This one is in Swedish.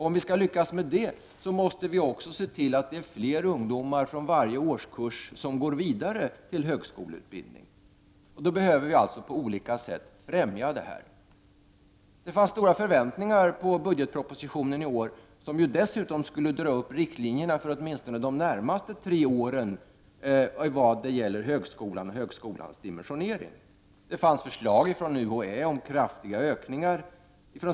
Om vi skall lyckas med detta måste vi också se till att fler ungdomar från varje årskurs går vidare till högskoleutbildning. Vi behöver alltså på olika sätt främja en sådan utveckling. Det fanns stora förväntningar på budgetpropositionen i år, som ju dessutom skulle dra upp riktlinjerna för åtminstone de närmaste tre åren i vad gäller högskolan och högskolans dimensionering. Det fanns förslag från UHÄ om kraftiga ökningar.